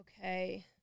Okay